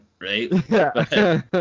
right